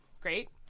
great